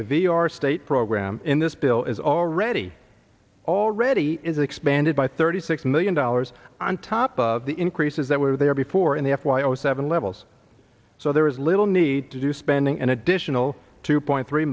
our state program in this bill is already already is expanded by thirty six million dollars on top of the increases that were there before in the f y o seven levels so there is little need to do spending an additional two point three